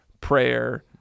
prayer